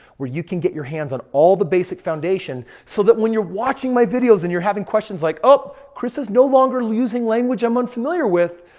where you can get your hands on all the basic foundation so that when you're watching my videos and you're having questions like, oop! kris is no longer using language i'm unfamiliar with.